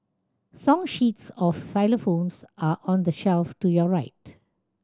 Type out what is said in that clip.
song sheets of xylophones are on the shelf to your right